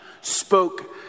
spoke